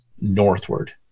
northward